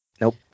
Nope